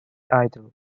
idol